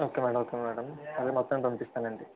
okay madam okay madam అదే మొత్తం పంపిస్తానండి